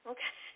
Okay